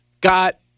got